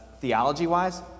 theology-wise